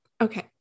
Okay